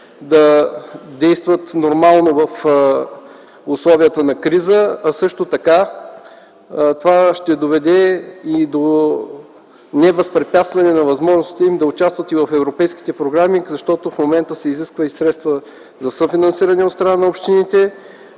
да действат нормално в условията на криза, а също така това ще доведе и до невъзпрепятстване на възможностите им да участват в европейските програми, защото в момента се изискват и средства за съфинансиране от страна на общините,